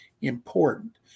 important